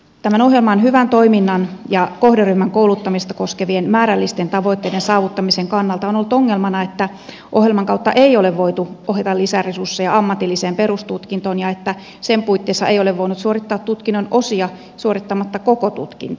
tämän ohjelman hyvän toiminnan ja kohderyhmän kouluttamista koskevien määrällisten tavoitteiden saavuttamisen kannalta on ollut ongelmana että ohjelman kautta ei ole voitu ohjata lisäresursseja ammatilliseen perustutkintoon ja että sen puitteissa ei ole voinut suorittaa tutkinnon osia suorittamatta koko tutkintoa